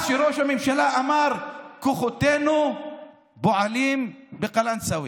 אז כשראש הממשלה אמר: כוחותינו פועלים בקלנסווה,